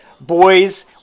boys